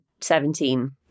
seventeen